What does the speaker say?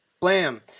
blam